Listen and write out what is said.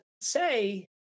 say